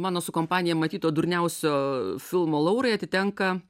mano su kompanija matyto durniausio filmo laurai atitenka